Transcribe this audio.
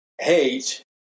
hate